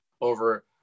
over